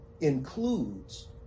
includes